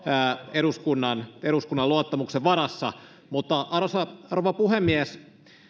eduskunnan eduskunnan luottamuksen varassa arvoisa rouva puhemies